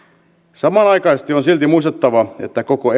samanaikaisesti on silti muistettava että koko